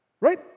Right